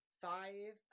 Five